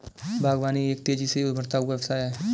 बागवानी एक तेज़ी से उभरता हुआ व्यवसाय है